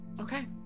Okay